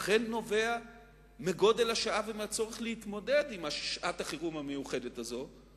אכן נובע מגודל השעה ומהצורך להתמודד עם שעת-החירום המיוחדת הזאת.